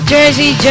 Jersey